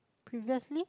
previously